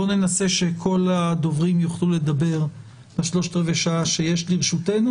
בואו ננסה שכל הדוברים יוכלו לדבר ב-45 הדקות שיש לרשותנו,